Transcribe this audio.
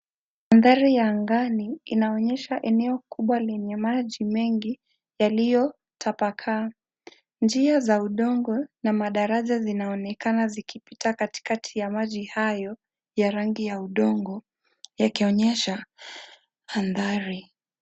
Mandhari ya angani inaonyesha eneo kubwa lenye maji mengi yaliyotapakaa. Njia za udongo na madaraja zinaonekana zikipita katikati ya maji hayo ya rangi ya udongo. Yakionyesha mandhari.